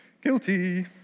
Guilty